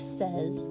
says